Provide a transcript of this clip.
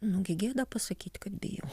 nugi gėda pasakyti kad bijau